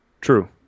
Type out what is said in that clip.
True